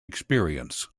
experience